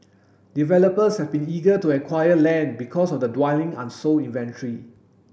developers have been eager to acquire land because of the dwindling unsold inventory